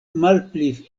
malpli